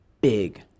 big